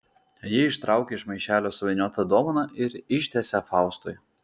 ji ištraukia iš maišelio suvyniotą dovaną ir ištiesia faustui